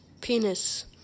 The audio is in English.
penis